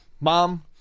mom